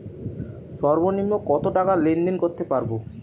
সর্বনিম্ন কত টাকা লেনদেন করতে পারবো?